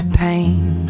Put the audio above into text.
pain